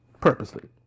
purposely